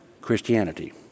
Christianity